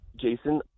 Jason